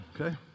okay